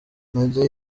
ntajya